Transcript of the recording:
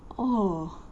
oh